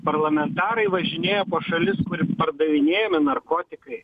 parlamentarai važinėja po šalis kur pardavinėjami narkotikai